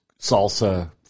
salsa